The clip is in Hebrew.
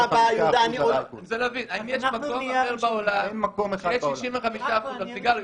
האם יש מקום אחר בעולם שיש 65% על סיגריות?